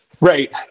Right